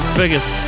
biggest